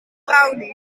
brownie